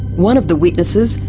one of the witnesses,